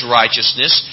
righteousness